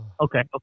Okay